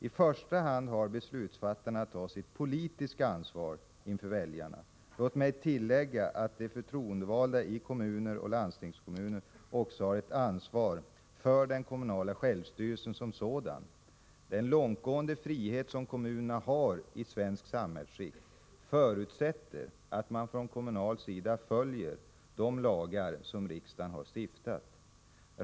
I första hand har beslutsfattarna att ta sitt politiska ansvar inför väljarna. Låt mig tillägga att de förtroendevalda i kommuner och landstingskommuner också har ett ansvar för den kommunala självstyrelsen som sådan. Den långtgående frihet som kommunerna har i svenskt samhällsskick förutsätter att man från kommunal sida följer de lagar som riksdagen har stiftat.